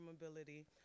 mobility